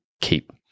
keep